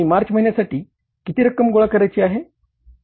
आणि मार्च महिन्यासाठी किती रक्कम गोळा करायची आहे